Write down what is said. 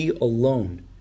alone